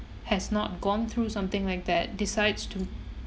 has not gone through something like that decides to